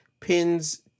pins